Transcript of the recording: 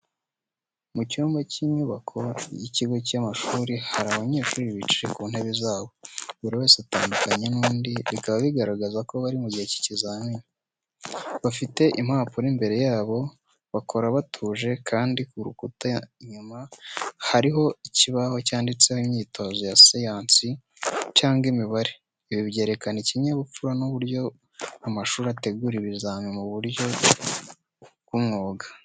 Mu cyumba cy’inyubako y’ikigo cy’amashuri hari abanyeshuri bicaye ku ntebe zabo, buri wese atandukanye n’undi, bikaba bigaragaza ko bari mu gihe cy'ikizamini. Bafite impapuro imbere yabo, bakora batuje, kandi ku rukuta inyuma hariho ikibaho cyanditseho imyitozo ya siyansi cyangwa imibare. Ibi byerekana ikinyabupfura n’uburyo amashuri ategura ibizamini mu buryo bw’umwuga.